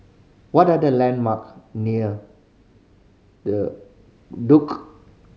what are the landmark near The Duke